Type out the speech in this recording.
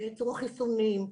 לייצור החיסונים,